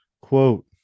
quote